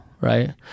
right